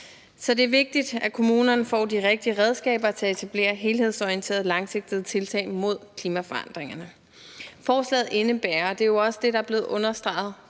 Så det er vigtigt, at kommunerne får de rigtige redskaber til at etablere helhedsorienterede langsigtede tiltag imod klimaforandringerne. Forslaget indebærer – og det er jo også det, der er blevet understreget